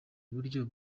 buryo